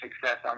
success